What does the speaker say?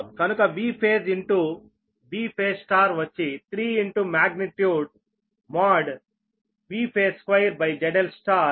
కనుక Vphase into Vphaseవచ్చి 3 magnitude Vphase2ZL